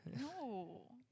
No